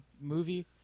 movie